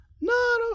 No